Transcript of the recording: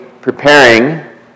Preparing